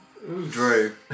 Drew